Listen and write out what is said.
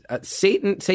Satan